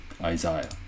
Isaiah